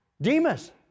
Demas